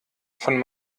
von